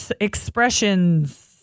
expressions